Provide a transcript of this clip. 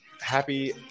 Happy